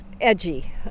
edgy